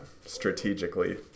strategically